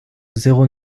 zéro